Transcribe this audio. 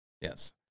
Yes